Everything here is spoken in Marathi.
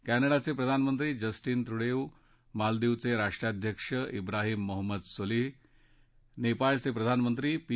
कॅनडाचे प्रधानमंत्री जस्टीन बुडेउ मालदिवचे राष्ट्राध्यक्ष ब्राहिम मोहम्मद सोलिह नेपाळचे प्रधानमंत्री पी